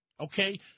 Okay